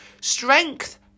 Strength